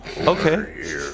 okay